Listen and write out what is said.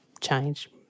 change